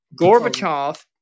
Gorbachev